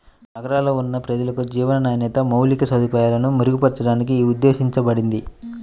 నగరాల్లో ఉన్న ప్రజలకు జీవన నాణ్యత, మౌలిక సదుపాయాలను మెరుగుపరచడానికి యీ ఉద్దేశించబడింది